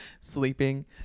sleeping